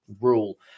rule